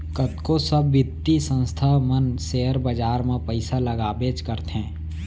कतको सब बित्तीय संस्था मन सेयर बाजार म पइसा लगाबेच करथे